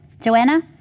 Joanna